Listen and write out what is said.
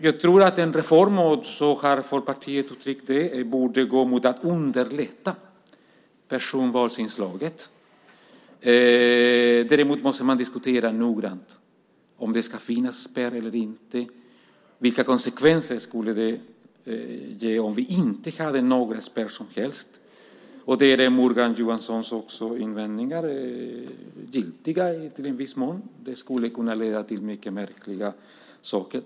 Jag tror att reformen borde gå mot att underlätta personvalsinslaget, vilket också Folkpartiet har uttryckt. Däremot måste man noggrant diskutera om det ska finnas en spärr eller inte. Vilka konsekvenser skulle det få om vi inte hade någon spärr alls? Där är Morgan Johanssons invändningar giltiga i viss mån. Det skulle kunna leda till mycket märkliga saker.